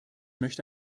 möchte